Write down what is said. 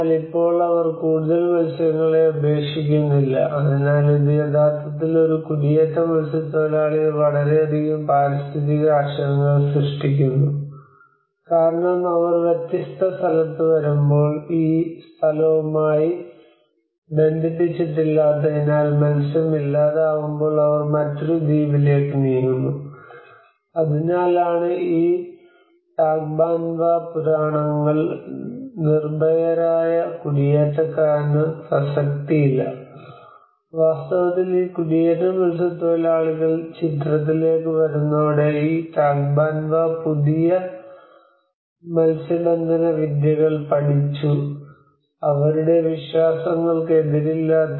എന്നാൽ ഇപ്പോൾ അവർ കൂടുതൽ മത്സ്യങ്ങളെ ഉപേക്ഷിക്കുന്നില്ല അതിനാൽ ഇത് യഥാർത്ഥത്തിൽ ഈ കുടിയേറ്റ മത്സ്യത്തൊഴിലാളികൾ വളരെയധികം പാരിസ്ഥിതിക ആശങ്കകൾ സൃഷ്ടിക്കുന്നു കാരണം അവർ വ്യത്യസ്ത സ്ഥലത്ത് വരുമ്പോൾ ഈ സ്ഥലവുമായി ബന്ധിപ്പിച്ചിട്ടില്ലാത്തതിനാൽ മത്സ്യം ഇല്ലാതാകുമ്പോൾ അവർ മറ്റൊരു ദ്വീപിലേക്ക് നീങ്ങുന്നു അതിനാലാണ് ഈ ടാഗ്ബാൻവ പുരാണങ്ങൾ നിർഭയരായ കുടിയേറ്റക്കാരന് പ്രസക്തിയില്ല വാസ്തവത്തിൽ ഈ കുടിയേറ്റ മത്സ്യത്തൊഴിലാളികൾ ചിത്രത്തിലേക്ക് വരുന്നതോടെ ഈ ടാഗ്ബാൻവ പോലും പുതിയ മത്സ്യബന്ധന വിദ്യകൾ പഠിച്ചു അവരുടെ വിശ്വാസങ്ങൾക്ക് എതിരില്ലാത്ത